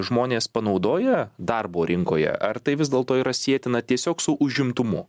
žmonės panaudoja darbo rinkoje ar tai vis dėlto yra sietina tiesiog su užimtumu